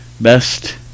Best